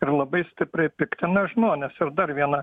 ir labai stipriai piktina žmones ir dar vieną